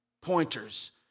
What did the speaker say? pointers